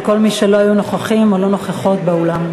לכל מי שלא היו נוכחים או נוכחות באולם.